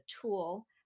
tool